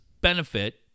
benefit